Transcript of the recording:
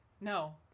No